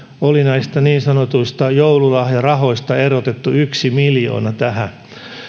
oli näistä niin sanotuista joululahjarahoista erotettu yhtenä miljoona tähän